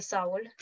Saul